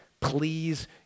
please